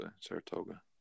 Saratoga